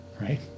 right